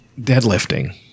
deadlifting